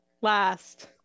last